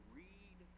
read